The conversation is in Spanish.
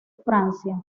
francia